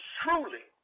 truly